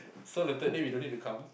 so the third day we don't need to come